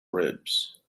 ribs